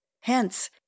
Hence